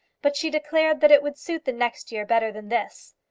but she declared that it would suit the next year better than this.